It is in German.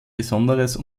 besonderes